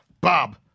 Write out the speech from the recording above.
Bob